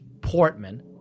Portman